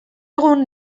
egun